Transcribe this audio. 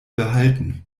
behalten